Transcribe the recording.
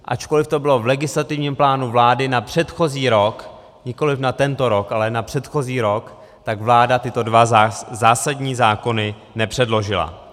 Ačkoliv to bylo v legislativním plánu vlády na předchozí rok, nikoliv na tento rok, ale na předchozí rok, tak vláda tyto dva zásadní zákony nepředložila.